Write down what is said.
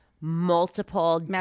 multiple